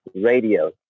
radio